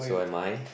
so am I